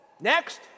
next